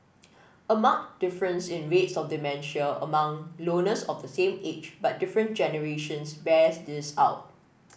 a marked difference in rates of dementia among loners of the same age but different generations bears this out